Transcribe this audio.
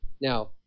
Now